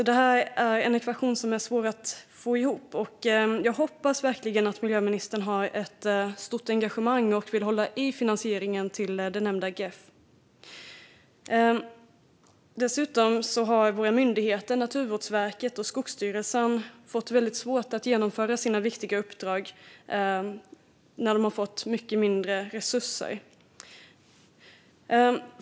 Det här är alltså en ekvation som är svår att få ihop, och jag hoppas verkligen att miljöministern har ett stort engagemang och vill hålla i finansieringen till det nämnda GEF. Dessutom har våra myndigheter Naturvårdsverket och Skogsstyrelsen fått väldigt svårt att genomföra sina viktiga uppdrag, eftersom de har fått mycket mindre resurser.